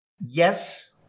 yes